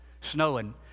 snowing